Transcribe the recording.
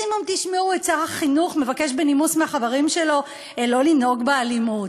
מקסימום תשמעו את שר החינוך מבקש בנימוס מהחברים שלו שלא לנהוג באלימות.